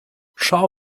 schau